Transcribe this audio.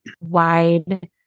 wide